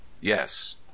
Yes